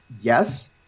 Yes